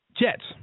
Jets